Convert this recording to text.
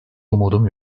umudum